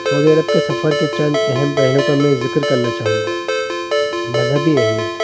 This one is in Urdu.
سعودی عرب کے سفر کے چند اہم پہلو کا میں ذکر کرنا چاہوں گا مذہبی اہمیت